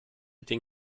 den